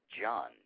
John